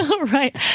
Right